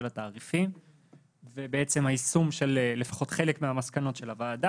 התעריפים ובעצם היישום של לפחות חלק מהמסקנות של הועדה